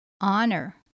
honor